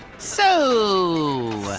so?